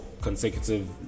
consecutive